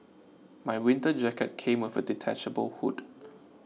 my winter jacket came with a detachable hood